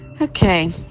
Okay